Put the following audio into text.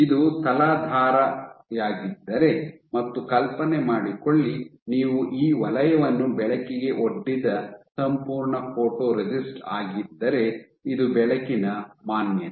ಇದು ತಲಾಧಾರಯಾಗಿದ್ದರೆ ಮತ್ತು ಕಲ್ಪನೆ ಮಾಡಿಕೊಳ್ಳಿ ನೀವು ಈ ವಲಯವನ್ನು ಬೆಳಕಿಗೆ ಒಡ್ಡಿದ ಸಂಪೂರ್ಣ ಫೋಟೊರೆಸಿಸ್ಟ್ ಆಗಿದ್ದರೆ ಇದು ಬೆಳಕಿನ ಮಾನ್ಯತೆ